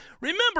Remember